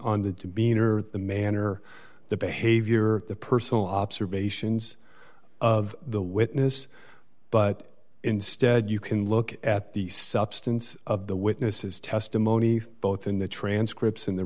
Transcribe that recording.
the beaner the manner the behavior the personal observations of the witness but instead you can look at the substance of the witness's testimony both in the transcripts in the